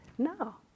No